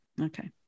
Okay